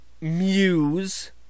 Muse